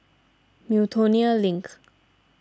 Miltonia Link